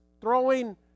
throwing